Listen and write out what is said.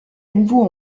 nouveau